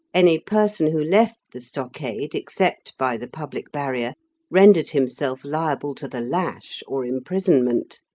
any person who left the stockade except by the public barrier rendered himself liable to the lash or imprisonment.